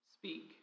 Speak